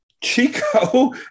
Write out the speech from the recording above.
Chico